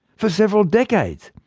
for several decades.